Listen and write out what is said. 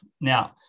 now